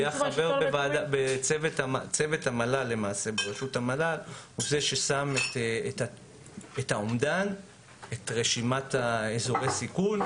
היה חבר בצוות בראשות המל"ל שקבע את האומדן ואת רשימת אזורי הסיכון.